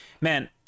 man